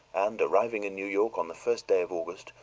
and, arriving in new york on the first day of august,